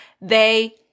they-